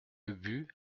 ubu